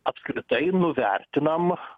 apskritai nuvertinam